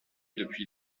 depuis